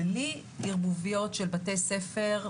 בלי ערבוביות של בתי ספר,